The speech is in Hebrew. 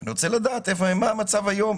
ואני רוצה לדעת מה המצב היום.